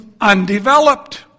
undeveloped